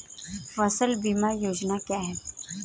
फसल बीमा योजना क्या है?